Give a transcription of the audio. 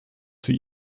sie